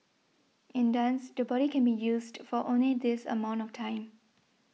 in dance the body can be used for only this amount of time